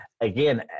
Again